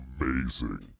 amazing